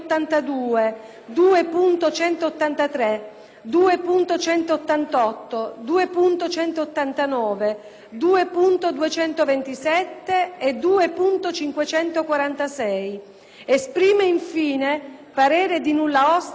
2.188, 2.189, 2.227 e 2.546. Esprime, infine, parere di nulla osta su tutti i restanti emendamenti».